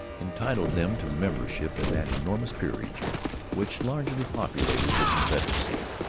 entitled them to membership in that enormous peerage which largely populated the confederacy.